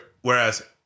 Whereas